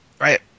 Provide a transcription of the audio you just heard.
Right